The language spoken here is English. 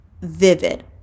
vivid